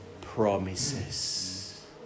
promises